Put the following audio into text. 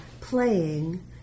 playing